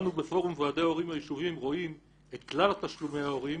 אנו בפורום ועדי ההורים היישוביים רואים את כלל תשלומי ההורים